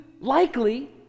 likely